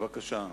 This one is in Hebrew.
בבקשה.